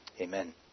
Amen